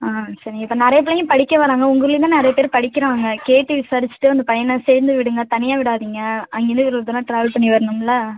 ஆ சரிங்க இப்போ நிறைய பிள்ளைங்க படிக்க வராங்க உங்கள் ஊர்லயும் தான் நிறைய பேர் படிக்கிறாங்க கேட்டு விசாரிச்சிவிட்டு உங்கள் பையனை சேர்ந்து விடுங்கள் தனியாக விடாதீங்க அங்கேர்ந்து இவ்வளோ தூரம் ட்ராவல் பண்ணி வரணும்ல